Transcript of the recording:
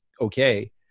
okay